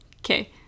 Okay